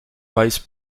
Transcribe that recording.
vice